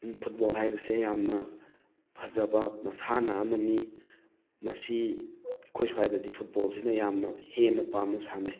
football ꯍꯥꯏꯕꯁꯦ ꯌꯥꯝꯅ ꯐꯖꯕ ꯃꯁꯥꯟꯅ ꯑꯃꯅꯤ ꯃꯁꯤ ꯑꯩꯈꯣꯏ ꯁ꯭ꯋꯥꯏꯗꯗꯤ ꯐꯨꯠꯕꯣꯜꯁꯤꯅ ꯌꯥꯝꯅ ꯍꯦꯟꯅ ꯄꯥꯝꯅ ꯁꯥꯟꯅꯩ